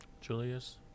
Julius